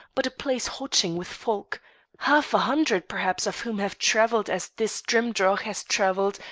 but a place hotching with folk half a hundred perhaps of whom have travelled as this drimdarroch has travelled,